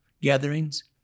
gatherings